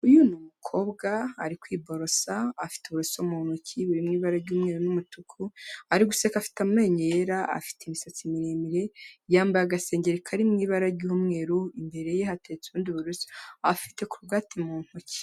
Uyu ni umukobwa ari kwiborosa afite uburoso mu ntoki burimo ibara ry'umweru n'umutuku ariko useka afite amenyo yera afite imisatsi miremire yambaye agasengeri kari mu ibara ry'umweru imbere ye hateretse ubundi buroso afite kurogati mu ntoki.